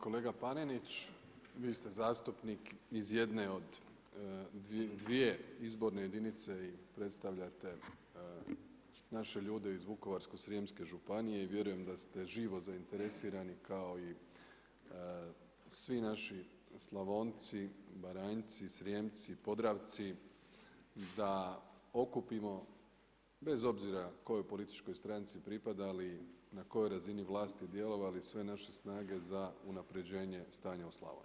Kolega Panenić vi ste zastupnik iz jedne iz dvije izborne jedinice i predstavljate naše ljude iz Vukovarsko-srijemske županije i vjerujem da ste živo zainteresirani kao i svi naši Slavonci, Baranjci, Srijemci, Podravci da okupimo bez obzira kojoj političkoj stranci pripadali, na kojoj razini vlasti djelovali, sve naše snage za unapređenje stanja u Slavoniji.